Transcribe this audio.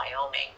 Wyoming